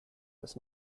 bis